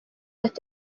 ati